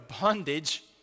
bondage